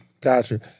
Gotcha